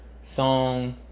song